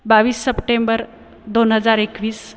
बावीस सप्टेंबर दोन हजार एकवीस